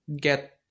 get